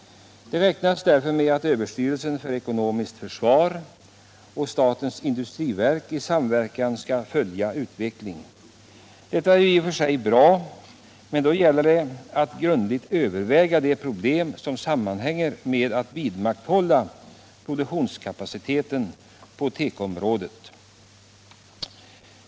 Han räknar därför med att överstyrelsen för ekonomiskt försvar och statens industriverk i samverkan skall följa utvecklingen. Detta är ju i och för sig bra. Men då gäller det att grundligt överväga de problem som sammanhänger med att vidmakthålla produktionskapaciteten på tekoområdet.